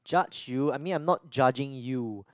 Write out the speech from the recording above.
judge you I mean I'm not judging you